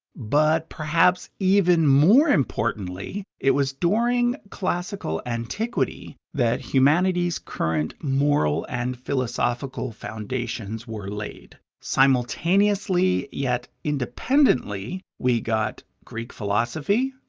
but perhaps even more importantly, it was during classical antiquity that humanity's current moral and philosophical foundations were laid. simultaneously yet independently, we got greek philosophy,